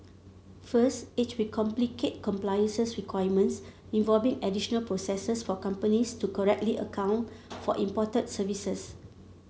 first it will complicate compliance requirements involving additional processes for companies to correctly account for imported services